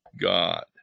God